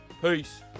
Peace